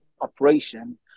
operation